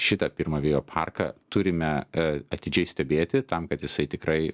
šitą pirmą vėjo parką turime atidžiai stebėti tam kad jisai tikrai